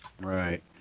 Right